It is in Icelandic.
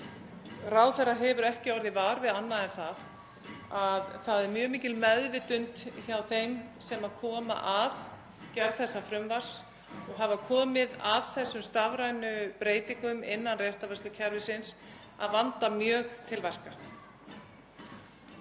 Ráðherra hefur ekki orðið var við annað en að mjög mikil meðvitund sé um það hjá þeim sem komu að gerð þessa frumvarps og hafa komið að þessum stafrænu breytingum innan réttarvörslukerfisins, að vanda mjög til verka.